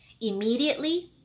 immediately